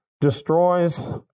destroys